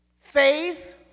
Faith